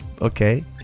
okay